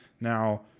now